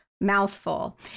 mouthful